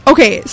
Okay